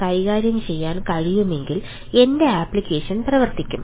കൈകാര്യം ചെയ്യാൻ കഴിയുമെങ്കിൽ എന്റെ ആപ്ലിക്കേഷൻ പ്രവർത്തിക്കും